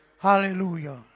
Hallelujah